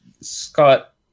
Scott